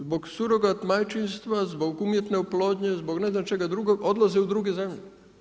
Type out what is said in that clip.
Zbog surogat majčinstva, zbog umjetne oplodnje, zbog ne znam čega drugog, odlaze u druge zemlje.